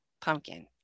pumpkin